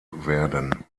werden